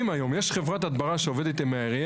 ברמה מאוד-מאוד קשה,